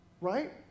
right